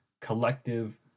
collective